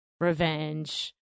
revenge